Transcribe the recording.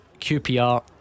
QPR